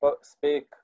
speak